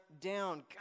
down